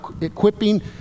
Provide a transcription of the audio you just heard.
equipping